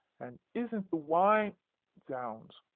and isn't the wine zounds,